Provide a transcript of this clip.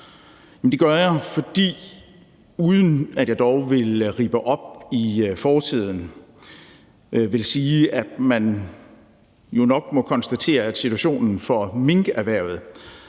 Det gør jeg, fordi jeg – uden at jeg dog vil rippe op i fortiden – vil sige, at man jo nok må konstatere, at situationen for minkerhvervet